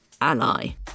ally